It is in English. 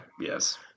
Yes